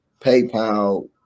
PayPal